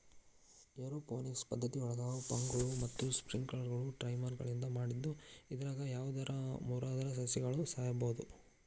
aeroponics ಪದ್ದತಿಯೊಳಗ ಪಂಪ್ಗಳು ಮತ್ತ ಸ್ಪ್ರಿಂಕ್ಲರ್ಗಳು ಟೈಮರ್ಗಳಿಂದ ಮಾಡಿದ್ದು ಇದ್ರಾಗ ಯಾವದರ ಮುರದ್ರ ಸಸಿಗಳು ಸಾಯಬೋದು